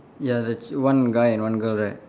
ya that's one guy and one girl right